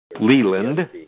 Leland